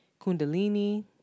kundalini